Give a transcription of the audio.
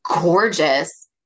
gorgeous